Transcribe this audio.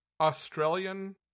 Australian